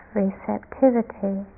receptivity